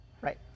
Right